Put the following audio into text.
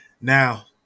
Now